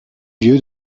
lieu